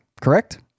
correct